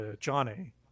Johnny